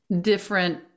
different